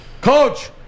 Coach